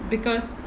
because